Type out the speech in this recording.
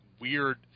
weird